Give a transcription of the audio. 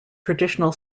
traditional